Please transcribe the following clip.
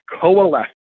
coalesce